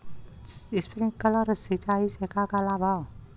Sprinkler सिंचाई से का का लाभ ह?